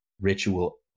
ritual